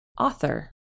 Author